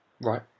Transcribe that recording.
Right